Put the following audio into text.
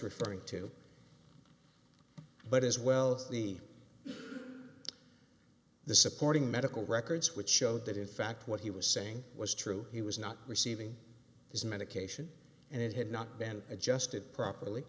referring to but as well as the the supporting medical records which showed that in fact what he was saying was true he was not receiving this medication and it had not been adjusted properly